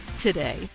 today